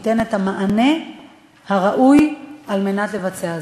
ייתן את המענה הראוי כדי לבצע זאת.